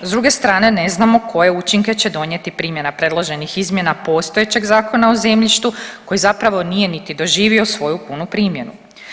S druge strane ne znamo koje učinke će donijeti primjena predloženih izmjena postojećeg Zakona o zemljištu koji zapravo nije niti doživio svoju punu primjenu.